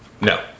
No